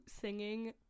singing